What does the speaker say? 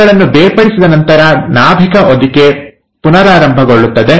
ಅವುಗಳನ್ನು ಬೇರ್ಪಡಿಸಿದ ನಂತರ ನಾಭಿಕ ಹೊದಿಕೆ ಪುನರಾರಂಭಗೊಳ್ಳುತ್ತದೆ